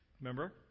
remember